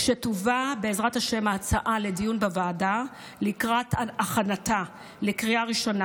כשתובא בעזרת השם ההצעה לדיון בוועדה לקראת הכנתה לקריאה ראשונה,